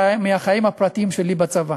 מהחיים הפרטיים שלי בצבא.